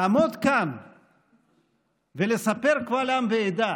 לעמוד כאן ולספר קבל עם ועדה